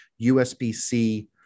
USB-C